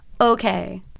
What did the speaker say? okay